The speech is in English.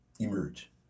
emerge